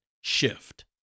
shift